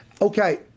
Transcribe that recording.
okay